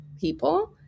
people